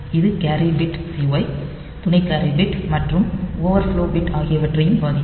இது carry bit CY துணை carry bit மற்றும் ஓவர் ஃப்லோ பிட் ஆகியவற்றையும் பாதிக்கும்